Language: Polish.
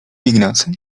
ignacy